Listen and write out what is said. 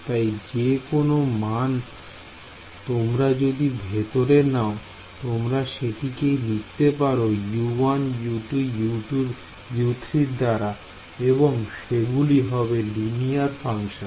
তাই যে কোনো মান তোমরা যদি ভেতরে নাও তোমরা সেটি কি লিখতে পারো U1U2U3 র দাঁড়া এবং সেগুলি হবে লিনিয়ার ফাংশন